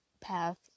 path